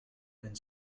and